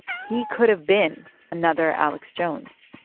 he could've been another alex jones